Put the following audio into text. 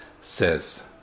says